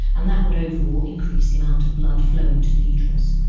and that would overall increase the amount of blood flowing to the uterus.